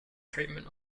treatment